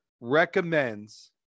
recommends